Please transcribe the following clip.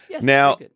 Now